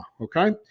okay